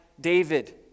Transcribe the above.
David